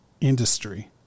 industry